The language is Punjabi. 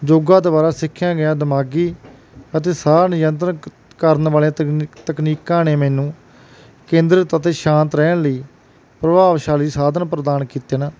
ਯੋਗਾ ਦੁਆਰਾ ਸਿੱਖਿਆ ਗਿਆ ਦਿਮਾਗੀ ਅਤੇ ਸਾਹ ਨਿਯੰਤਰਣ ਕਰਨ ਵਾਲੀਆਂ ਤਕਨੀ ਤਕਨੀਕਾਂ ਨੇ ਮੈਨੂੰ ਕੇਂਦਰਿਤ ਅਤੇ ਸ਼ਾਂਤ ਰਹਿਣ ਲਈ ਪ੍ਰਭਾਵਸ਼ਾਲੀ ਸਾਧਨ ਪ੍ਰਦਾਨ ਕੀਤੇ ਨੇ